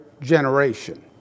generation